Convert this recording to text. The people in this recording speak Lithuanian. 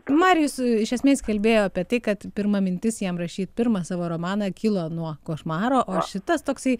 marijus iš esmės kalbėjo apie tai kad pirma mintis jam rašyt pirmą savo romaną kilo nuo košmaro šitas toksai